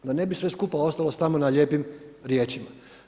Da ne bi sve skupo ostalo samo na lijepim riječima.